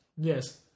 Yes